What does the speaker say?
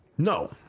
No